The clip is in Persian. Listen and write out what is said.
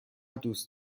دوست